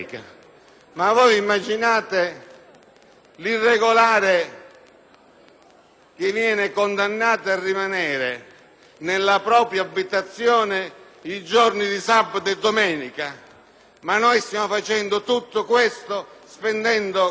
che viene condannato a rimanere nella propria abitazione nei giorni di sabato e domenica! Stiamo facendo tutto questo, spendendo 400 milioni, per fare questo ridicolo